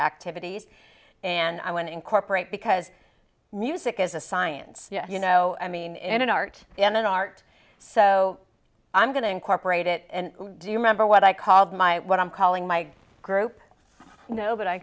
activities and i want to incorporate because music is a science you know i mean in an art an art so i'm going to incorporate it and do you remember what i called my what i'm calling my group no but i